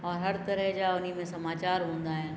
औरि हर तरह जा उन ई में समाचार हूंदा आहिनि